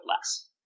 less